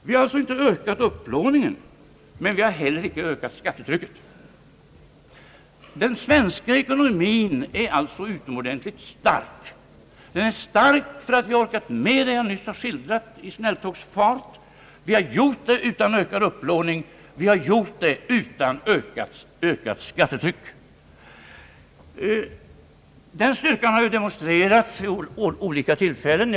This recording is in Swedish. Vi har alltså inte ökat upplåningen, men vi har heller icke ökat skatteirycket. Den svenska ekonomin är alltså utomordentligt stark — eftersom vi har orkat med allt det jag nu i snälltågsfart har skildrat och eftersom vi kunnat göra det utan ökad upplåning och utan ökat skattetryck. Den styrkan har demonstrerats vid olika tillfällen.